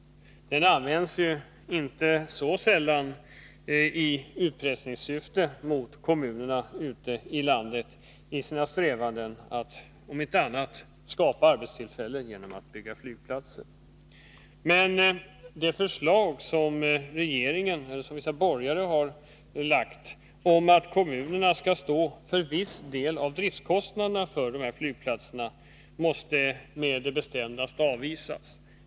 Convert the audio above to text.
Den används ju inte så sällan i utpressningssyfte mot kommunerna ute i landet i strävandena att om inte annat skapa arbetstillfällen genom att bygga flygplatser. Men det förslag som vissa borgare har lagt fram, att kommunerna skall stå för viss del av driftkostnaderna för dessa flygplatser, måste med det bestämdaste avvisas.